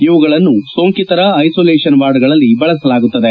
ಇವುಗಳನ್ನು ಸೋಂಕಿತರ ಐಸೋಲೇಷನ್ ವಾರ್ಡ್ಗಳಲ್ಲಿ ಬಳಸಲಾಗುತ್ತದೆ